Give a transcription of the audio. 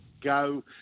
go